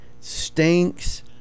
stinks